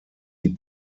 die